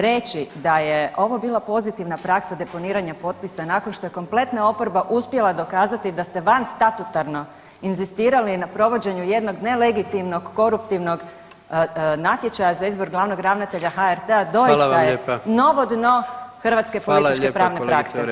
Reći da je ovo bila pozitivna praksa deponiranja potpisa nakon što je kompletna oporba uspjela dokazati da ste van statutarno inzistirali na provođenju jednog nelegitimnog koruptivnog natječaja za izbor glavnog ravnatelja HRT-a doista je novo dno hrvatske političke [[Upadica predsjednik: Hvala vam lijepa kolegice Orešković.]] pravne prakse.